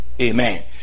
Amen